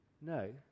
No